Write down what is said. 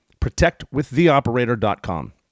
protectwiththeoperator.com